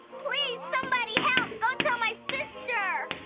please, somebody help. go tell my sister,